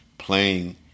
playing